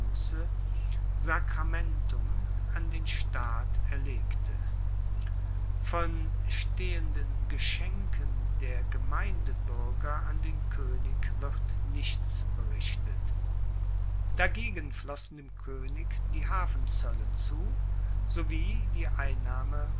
an den staat erlegte von stehenden geschenken der gemeindebuerger an den koenig wird nichts berichtet dagegen flossen dem koenig die hafenzoelle zu sowie die einnahme